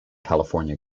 california